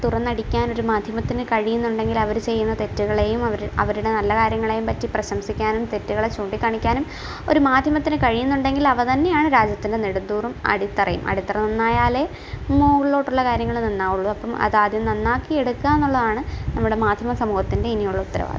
തുറന്നടിക്കാൻ ഒരു മാധ്യമത്തിന് കഴിയുന്നുണ്ടെങ്കിൽ അവർ ചെയ്യുന്ന തെറ്റുകളെയും അവർ അവരുടെ നല്ല കാര്യങ്ങളെയും പറ്റി പ്രശംസിക്കാനും തെറ്റുകളെ ചൂണ്ടികാണിക്കാനും ഒരു മാധ്യമത്തിന് കഴിയുന്നുണ്ടെങ്കിൽ അവ തന്നെയാണ് രാജ്യത്തിൻ്റെ നെടുംതൂണും അടിത്തറയും അടിത്തറ നന്നായാലേ മുകളിലോട്ടുള്ള കാര്യങ്ങൾ നന്നാവുകയുള്ളൂ അപ്പോൾ അതാദ്യം നന്നാക്കി എടുക്കുക എന്നുളളതാണ് നമ്മുടെ മാധ്യമ സമൂഹത്തിൻ്റെ ഇനിയുള്ള ഉത്തരവാദിത്വം